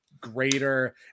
greater